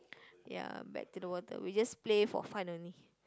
ya back to the water we just play for fun only